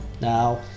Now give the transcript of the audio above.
Now